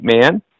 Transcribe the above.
man